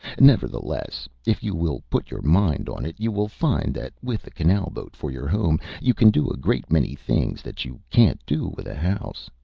nevertheless, if you will put your mind on it, you will find that with a canal-boat for your home you can do a great many things that you can't do with a house.